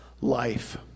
life